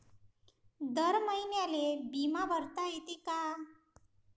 दर महिन्याले बिमा भरता येते का?